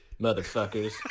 motherfuckers